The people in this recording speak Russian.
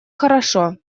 хорошо